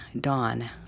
dawn